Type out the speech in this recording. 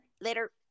Later